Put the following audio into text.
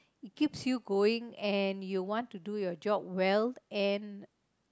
it keeps you going and you want to do your job well and